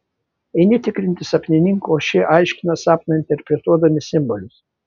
eini tikrinti sapnininkų o šie aiškina sapną interpretuodami simbolius